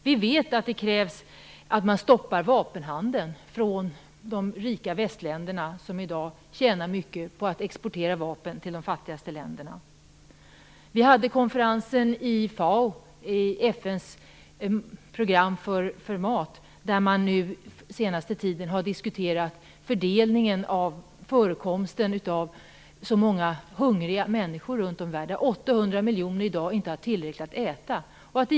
Vi vet att det krävs att man stoppar vapenhandeln från de rika västländerna som i dag tjänar mycket på att exportera vapen till de fattigaste länderna. På den konferens som FAO, FN:s matprogram, har anordnat har man diskuterat fördelningen av de många hungriga människorna runt om i världen. 800 miljoner människor har i dag inte tillräckligt att äta.